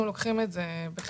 אנחנו לוקחים את זה בחשבון.